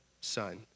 son